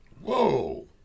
Whoa